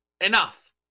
enough